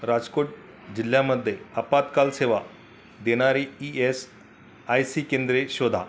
राजकोट जिल्ह्यामध्ये आपत्काल सेवा देणारी ई एस आय सी केंद्रे शोधा